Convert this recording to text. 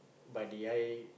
but did I